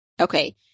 Okay